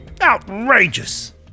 Outrageous